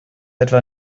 etwa